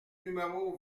numéro